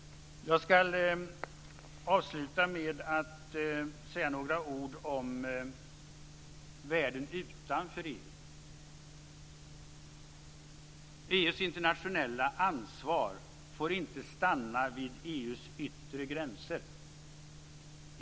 Jag ska avsluta med att säga några ord om världen utanför EU. EU:s internationella ansvar får inte stanna vid EU:s yttre gränser.